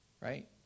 right